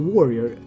Warrior